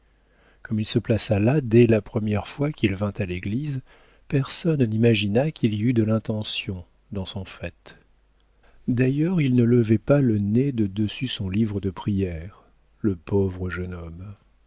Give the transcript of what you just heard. comme il se plaça là dès la première fois qu'il vint à l'église personne n'imagina qu'il y eût de l'intention dans son fait d'ailleurs il ne levait pas le nez de dessus son livre de prières le pauvre jeune homme